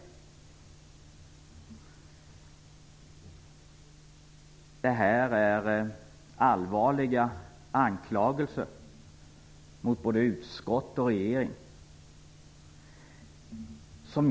Det är allvarliga anklagelser mot både utskottet och regeringen.